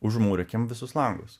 užmūrykim visus langus